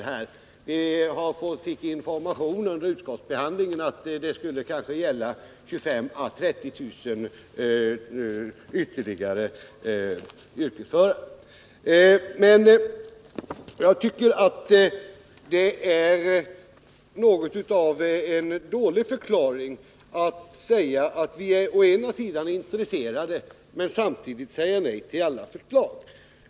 Enligt de informationer jag fick under utskottsbehandlingen skulle det röra sig om ytterligare 25 000 å 30 000 yrkesförare. Jag tycker att det är ett märkligt resonemang som förs i den här frågan. Å ena sidan säger man att man är intresserad av de förslag vi framför, men å den andra säger man nej till alla dessa förslag.